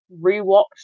rewatched